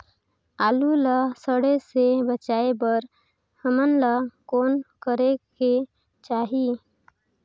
आलू ला सड़े से बचाये बर हमन ला कौन करेके चाही?